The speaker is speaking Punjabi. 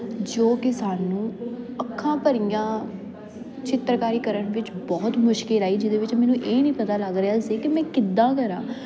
ਜੋ ਕਿ ਸਾਨੂੰ ਅੱਖਾਂ ਭਰੀਆਂ ਚਿੱਤਰਕਾਰੀ ਕਰਨ ਵਿੱਚ ਬਹੁਤ ਮੁਸ਼ਕਲ ਆਈ ਜਿਹਦੇ ਵਿੱਚ ਮੈਨੂੰ ਇਹ ਨਹੀਂ ਪਤਾ ਲੱਗ ਰਿਹਾ ਸੀ ਕਿ ਮੈਂ ਕਿੱਦਾਂ ਕਰਾਂ